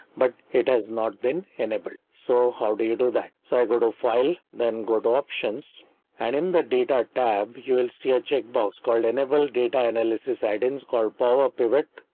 but it has not been enabled. so how do you do that? so go to file, then go to options and in the data tab you will see a checkbox called enable data analysis. i didn't score powerpivot,